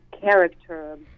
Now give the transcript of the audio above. character